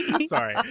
Sorry